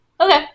Okay